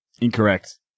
Incorrect